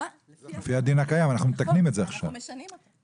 אנחנו משנים אותו.